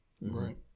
Right